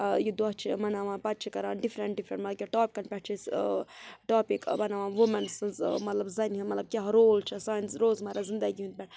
یہِ دۄہ چھِ مَناوان پَتہٕ چھِ کَران ڈِفرَنٛٹ ڈِفرَنٛٹ مطلب کہِ ٹاپکَن پٮ۪ٹھ چھِ أسۍ ٹاپِک بَناوان وُمٮ۪ن سٕنٛز مطلب زَنہِ ہُنٛد مطلب کیٛاہ رول چھِ سانہِ روزمَرا زندگی یَن پٮ۪ٹھ